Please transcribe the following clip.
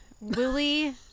Willie